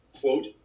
Quote